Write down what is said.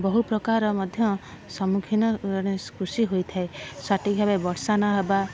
ବହୁ ପ୍ରକାର ମଧ୍ୟ ସମ୍ମୁଖୀନ ଜଣେ କୃଷି ହୋଇଥାଏ ସଠିକ୍ ଭାବେ ବର୍ଷା ନହେବା